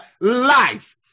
life